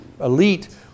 elite